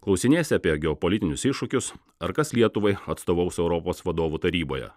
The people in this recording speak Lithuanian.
klausinėsi apie geopolitinius iššūkius ar kas lietuvai atstovaus europos vadovų taryboje